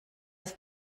ich